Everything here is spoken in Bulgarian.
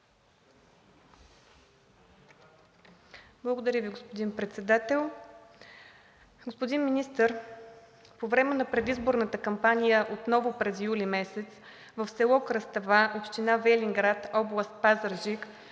Благодаря Ви, господин Председател. Господин Министър, по време на предизборната кампания отново през месец юли в село Кръстава, община Велинград, област Пазарджик,